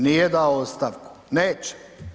Nije dao ostavku, neće.